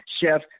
Chef